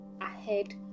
ahead